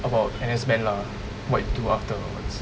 about N_S men lah what you do afterwards